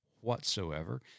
whatsoever